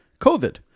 COVID